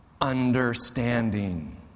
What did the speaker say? understanding